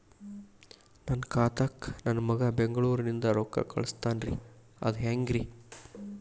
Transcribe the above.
ನನ್ನ ಖಾತಾಕ್ಕ ನನ್ನ ಮಗಾ ಬೆಂಗಳೂರನಿಂದ ರೊಕ್ಕ ಕಳಸ್ತಾನ್ರಿ ಅದ ಹೆಂಗ್ರಿ?